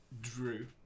Drew